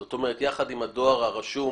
זאת אומרת שיחד עם הדואר הרשום